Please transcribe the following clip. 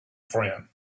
friend